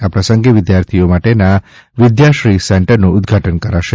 આ પ્રસંગે વિદ્યાર્થીઓ માટેના વિદ્યાશ્રી સેન્ટરનું ઉદ્વાટન કરાશે